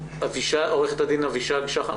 עורכת הדין אבישג שחם.